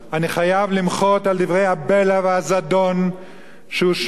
הבלע והזדון שהושמעו כאן נגד לומדי התורה,